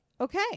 Okay